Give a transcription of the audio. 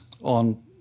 on